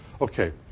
Okay